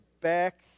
back